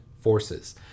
forces